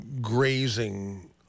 grazing